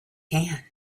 can